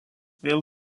vėl